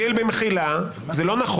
גיל במחילה, זה לא נכון.